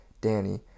Danny